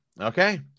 Okay